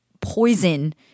poison